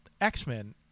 X-Men